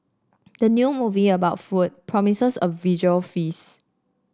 the new movie about food promises a visual feast